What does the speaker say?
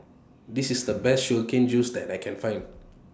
This IS The Best Sugar Cane Juice that I Can Find